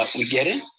ah we get it.